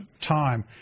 time